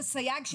שהציג קודם חברי,